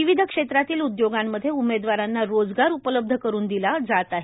विविध क्षेत्रातल्या उद्योगांमध्ये उमेदवारांना रोजगार उपलब्ध करून दिला जात आहे